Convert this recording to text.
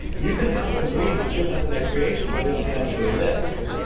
you can come to believe the humans in their creations are the only ones who exist.